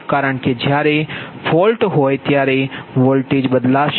કારણ કે જ્યારે ફોલ્ટ હોય ત્યારે વોલ્ટેજ બદલાશે